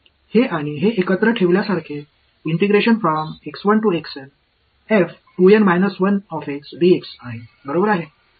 हे आणि हे एकत्र ठेवण्यासारखे आहे बरोबर आहे